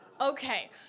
Okay